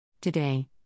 Today